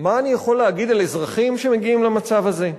מה אני יכול להגיד על אזרחים שמגיעים למצב הזה?